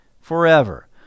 forever